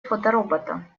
фоторобота